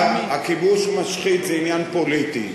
"הכיבוש משחית" זה עניין פוליטי.